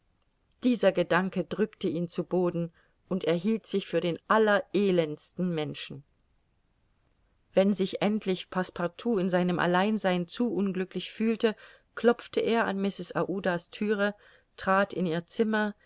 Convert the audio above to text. dieser gedanke drückte ihn zu boden und er hielt sich für den allerelendesten menschen wenn sich endlich passepartout in seinem alleinsein zu unglücklich fühlte klopfte er an mrs aouda's thüre trat in ihr zimmer